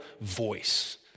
voice